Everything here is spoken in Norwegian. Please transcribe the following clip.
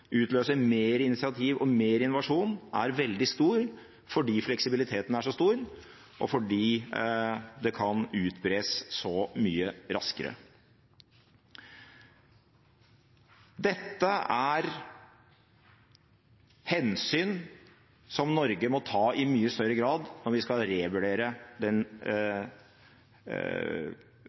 utløse mer initiativ og mer innovasjon er veldig stor, fordi fleksibiliteten er så stor, og fordi det kan utbres så mye raskere. Dette er hensyn som Norge må ta i mye større grad når vi skal revurdere den